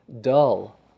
dull